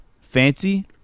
fancy